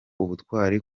ubutwari